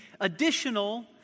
additional